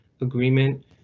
agreement